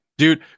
Dude